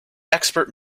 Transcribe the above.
expert